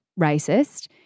racist